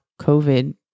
COVID